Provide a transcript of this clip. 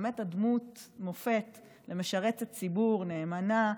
באמת את דמות מופת ומשרתת ציבור נאמנה,